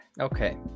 Okay